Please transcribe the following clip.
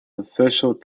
official